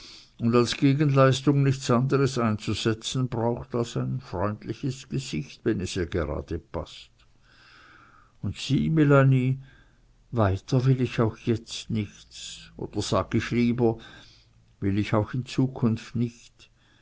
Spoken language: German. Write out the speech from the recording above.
und als gegenleistung nichts andres einzusetzen braucht als ein freundliches gesicht wenn es ihr gerade paßt und sieh melanie weiter will ich auch jetzt nichts oder sag ich lieber will ich auch in zukunft nichts